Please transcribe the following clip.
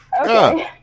okay